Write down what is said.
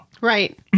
Right